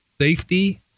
safety